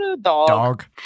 dog